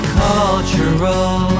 cultural